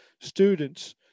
students